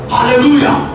Hallelujah